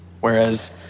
Whereas